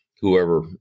whoever